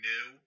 New